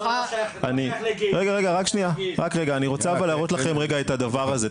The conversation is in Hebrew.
אבל אני רוצה להראות לכם את הדבר הזה.